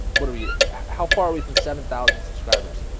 what are we how far are we from seven thousand subscribers?